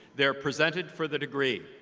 they are presented for the degree.